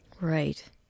Right